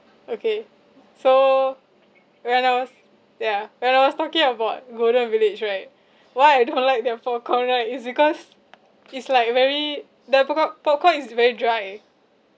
okay so when I was ya when I was talking about golden village right why I don't like their popcorn right it's because it's like very the poco~ popcorn is very dry